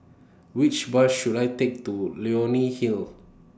Which Bus should I Take to Leonie Hill